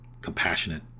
compassionate